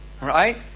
right